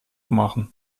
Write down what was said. machen